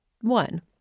one